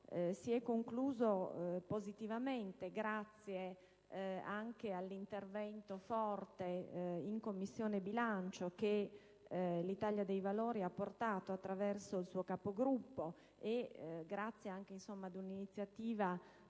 si è conclusa positivamente, grazie anche al forte intervento in Commissione bilancio che l'Italia dei Valori ha attuato attraverso il suo Capogruppo e grazie anche ad un'iniziativa